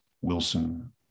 Wilson